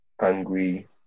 angry